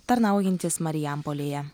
tarnaujantis marijampolėje